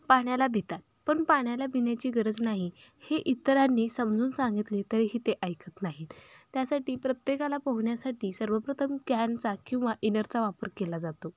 पाण्याला भितात पण पाण्याला भिण्याची गरज नाही हे इतरांनी समजून सांगितले तरीही ते ऐकत नाहीत त्यासाठी प्रत्येकाला पोहण्यासाठी सर्वप्रथम कॅनचा किंवा इनरचा वापर केला जातो